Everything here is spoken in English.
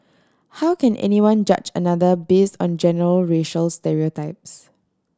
how can anyone judge another base on general racial stereotypes